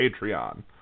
Patreon